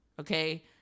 Okay